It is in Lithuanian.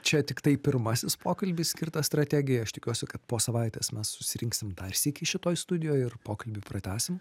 čia tiktai pirmasis pokalbis skirtas strategijai aš tikiuosi kad po savaitės mes susirinksim dar sykį šitoj studijoj ir pokalbį pratęsim